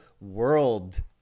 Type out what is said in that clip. world